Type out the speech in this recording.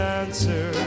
answer